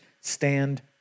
stand